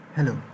Hello